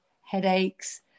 headaches